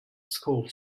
school